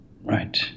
Right